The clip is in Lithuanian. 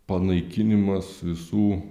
panaikinimas visų